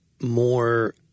more